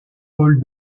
paul